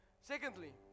Secondly